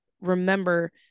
remember